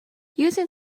using